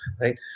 right